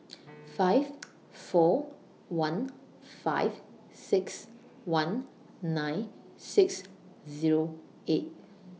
five four one five six one nine six Zero eight